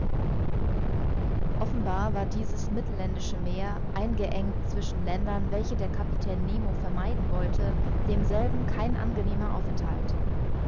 offenbar war dieses mittelländische meer eingeengt zwischen ländern welche der kapitän nemo vermeiden wollte demselben kein angenehmer aufenthalt